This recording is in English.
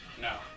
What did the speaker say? No